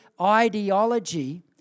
ideology